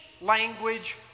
language